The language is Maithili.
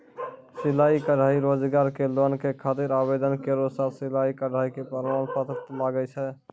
सिलाई कढ़ाई रोजगार के लोन के खातिर आवेदन केरो साथ सिलाई कढ़ाई के प्रमाण पत्र लागै छै?